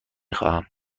خواهم